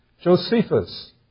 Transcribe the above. Josephus